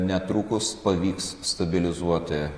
netrukus pavyks stabilizuoti